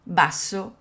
basso